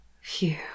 Phew